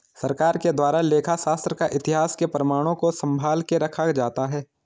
सरकार के द्वारा लेखा शास्त्र का इतिहास के प्रमाणों को सम्भाल के रखा जाता है